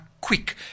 quick